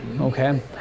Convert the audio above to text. okay